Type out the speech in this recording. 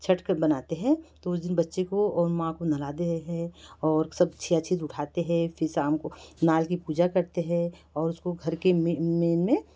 छठ कब मनाते हैं तो उस दिन बच्चे को और माँ को नहलाते हैं और सब छीया छी उठाते हैं फिर शाम को नाल की पूजा करते हैं और उसको घर के मेन में